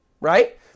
right